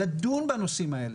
לדון בנושאים האלה.